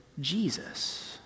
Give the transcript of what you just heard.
Jesus